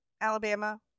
Alabama